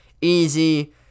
Easy